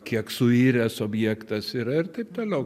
kiek suiręs objektas yra ir taip toliau